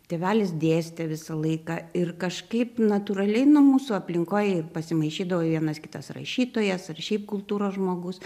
tėvelis dėstė visą laiką ir kažkaip natūraliai na mūsų aplinkoj pasimaišydavo vienas kitas rašytojas ar šiaip kultūros žmogus